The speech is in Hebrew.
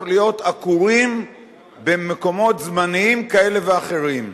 להיות עקורים במקומות זמניים כאלה ואחרים.